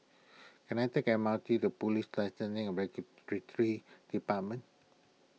can I take the M R T to Police Licensing and Regulatory Department